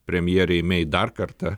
premjerei mei dar kartą